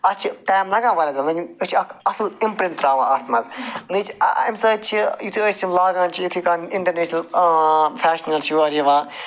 اتھ چھِ ٹایِم لگان وارِیاہ زیادٕ وَنہٕ ییٚلہِ أسۍ چھِ اکھ اصٕل اِمپرنٛٹ تراوان اتھ منٛز اَمہِ سٲتۍ چھِ یُتھٕے أسۍ یہِ لگان چھِ یُتھٕے کانٛہہ انٹرنیٚشنل فٮ۪شنر چھُ یور یِوان